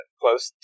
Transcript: close